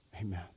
Amen